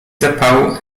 zapału